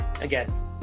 again